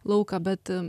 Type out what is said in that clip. lauką bet